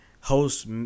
host